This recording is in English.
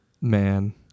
Man